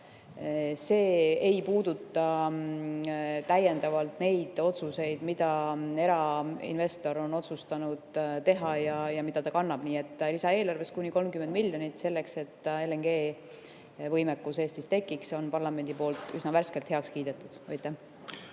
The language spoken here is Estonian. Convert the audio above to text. See ei puuduta täiendavalt neid otsuseid, mis erainvestor on otsustanud teha. Nii et lisaeelarves on kuni 30 miljonit selleks, et LNG‑võimekus Eestis tekiks. See on parlamendi poolt üsna värskelt heaks kiidetud.